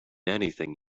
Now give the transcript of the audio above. anything